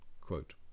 quote